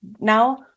now